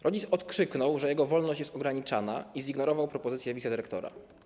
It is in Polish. Rodzic odkrzyknął, że jego wolność jest ograniczana i zignorował propozycję wicedyrektora.